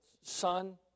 son